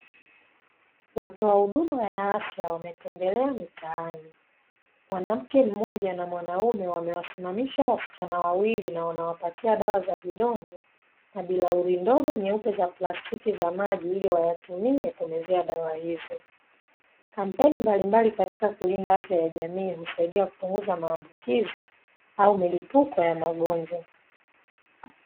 Watoa huduma ya afya wametembelea mtaani. Mwanamke mmoja na mwanaume wamewasimamisha wasichana wawili na wanawapatia dawa za vidonge na bilauri ndogo nyeupe za plastiki za maji, ili wayatumie kumezea dawa hizo. Kampeni mbalimbali katika kulinda afya ya jamii husaidia kupunguza maambukizi au milipuko ya magonjwa.